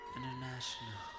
International